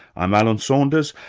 i'm alan saunders,